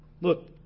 Look